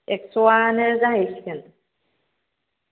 एक्स'आनो जाहैसिगोन